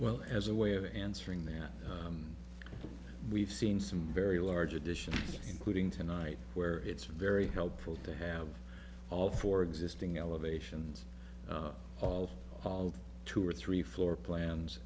well as a way of answering that we've seen some very large edition including tonight where it's very helpful to have all four existing elevations all hauled two or three floor plans